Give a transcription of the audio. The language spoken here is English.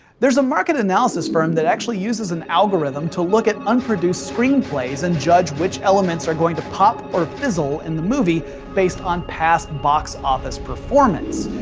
there's a market analysis firm that actually uses an algorithm to look at unproduced screenplays and judge which elements are going to pop or fizzle in the movie based on past box office performance.